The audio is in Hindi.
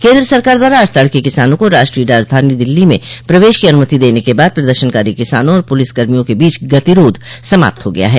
केन्द्र सरकार द्वारा आज तड़के किसानों को राष्ट्रीय राजधानी दिल्ली में प्रवेश की अनुमति देने के बाद प्रदर्शनकारी किसानों और पुलिस कर्मियों के बीच गतिरोध समाप्त हो गया है